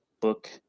book